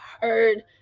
heard